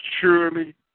surely